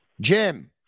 Jim